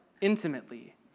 intimately